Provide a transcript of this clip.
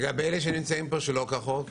ולגבי מי שנמצא פה שלא כחוק?